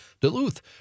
Duluth